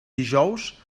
dijous